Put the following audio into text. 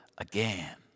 Again